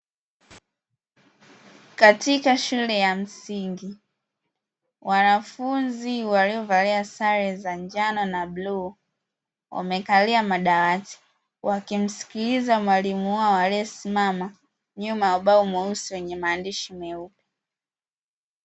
Katika shule ya msingi, wanafunzi waliovalia sare za njano na bluu wamekalia madawati. Wakimsikiliza mwalimu wao aliyesimama nyuma ya ubao mweusi wenye maandishi meupe.